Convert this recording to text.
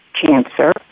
cancer